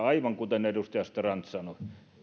aivan kuten edustaja strand sanoi